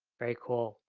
very cool,